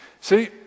See